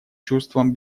чувством